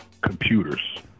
computers